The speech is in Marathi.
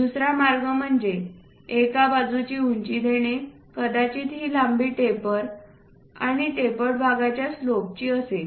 दुसरा मार्ग म्हणजे एका बाजूची उंची देणे कदाचित ही लांबी टेपर आणि टेपर्ड भागाच्या स्लोपची असेल